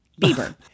Bieber